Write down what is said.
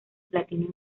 platino